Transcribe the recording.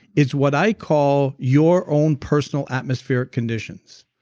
it's what i call your own personal atmospheric conditions.